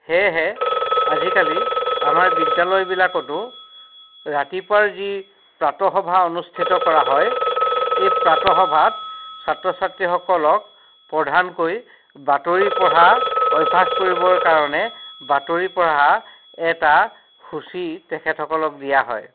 সেয়েহে আজিকালি আমাৰ বিদ্যালয়বিলাকতো ৰাতিপুৱাৰ যি প্ৰাতঃসভা অনুষ্ঠিত কৰা হয় এই প্ৰাতঃসভাত ছাত্ৰ ছাত্ৰীসকলক প্ৰধানকৈ বাতৰি পঢ়া অভ্যাস কৰিবৰ কাৰণে বাতৰি পঢ়া এটা সূচী তেখেতসকলক দিয়া হয়